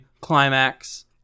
climax